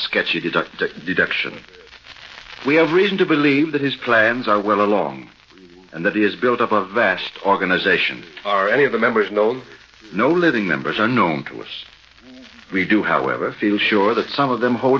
sketchy deduct deduction we have reason to believe that his plans are well along and that is build up a vast organization or any of the members no know living members unknown to us we do however feel sure that some of them hold